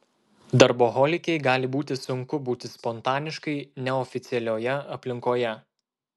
darboholikei gali būti sunku būti spontaniškai neoficialioje aplinkoje